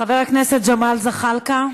חבר הכנסת ג'מאל זחאלקה,